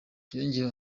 yongeyeho